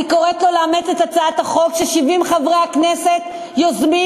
אני קוראת לו לאמץ את הצעת החוק ש-70 חברי הכנסת יוזמים,